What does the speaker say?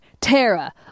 Tara